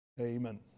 Amen